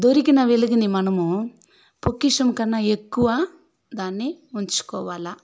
దొరికిన వెలుగును మనము పక్షం కన్నా ఎక్కువ దాన్ని ఉంచుకోవాలా